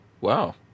Wow